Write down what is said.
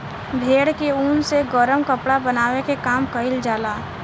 भेड़ के ऊन से गरम कपड़ा बनावे के काम कईल जाला